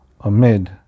amid